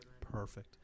Perfect